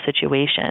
situation